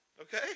Okay